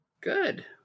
Good